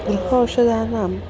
गृहौषधानां